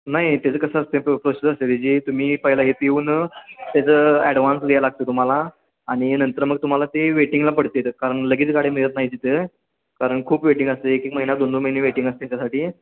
नाही त्याचं कसं असते प्रो प्रोसेस असते त्याची तुम्ही पहिला इथं येऊन त्याचं ॲडव्हान्स लिहाय लागतं तुम्हाला आणि नंतर मग तुम्हाला ते वेटिंगला पडतात कारण लगेच गाडी मिळत नाही तिथं कारण खूप वेटिंग असते एक एक महिना दोन दोन महिने वेटिंग असते त्यासाठी